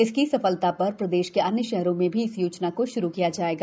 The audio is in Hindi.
इसकी सफलता पर प्रदेश के अन्य शहरों में भी इस योजना को श्रू किया जायेगा